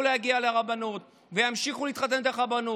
להגיע לרבנות וימשיכו להתחתן ברבנות,